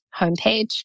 homepage